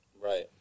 Right